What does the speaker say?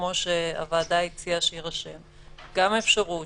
כמו שהוועדה הציעה שיירשם, גם אפשרות